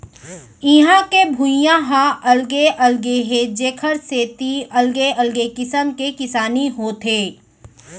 इहां के भुइंया ह अलगे अलगे हे जेखर सेती अलगे अलगे किसम के किसानी होथे